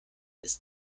ist